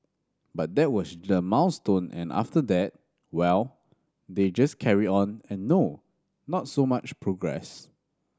but that was the milestone and after that well they just carry on and no not so much progress